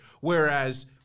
whereas